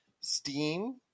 steam